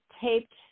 taped